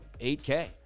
8K